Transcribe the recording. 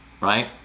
right